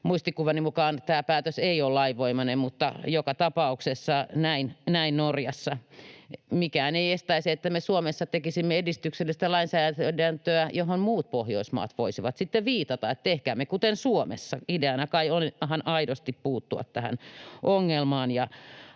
Muistikuvani mukaan tämä päätös ei ole lainvoimainen, mutta joka tapauksessa näin Norjassa. Mikään ei estäisi, että me Suomessa tekisimme edistyksellistä lainsäädäntöä, johon muut Pohjoismaat voisivat sitten viitata, että tehkäämme kuten Suomessa. Ideana kai oli ihan aidosti puuttua tähän ongelmaan